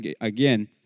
again